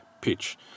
pitch